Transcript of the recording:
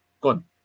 gone